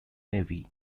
navy